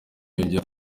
yongeyeho